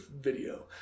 video